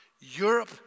Europe